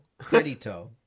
credito